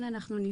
כן אנחנו נבדוק,